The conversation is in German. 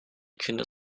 kinder